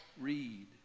read